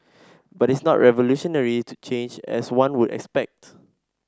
but is not a revolutionary change as one would expect